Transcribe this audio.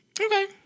Okay